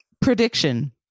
prediction